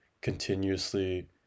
continuously